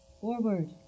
Forward